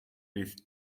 with